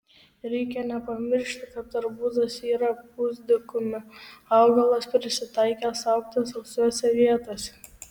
reikia nepamiršti kad arbūzas yra pusdykumių augalas prisitaikęs augti sausose vietose